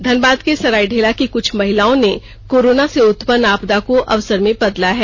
धनबाद के सरायढेला की कुछ महिलाओं ने कोरोना से उत्पन्न आपदा को अवसर में बदला है